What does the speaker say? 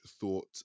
thought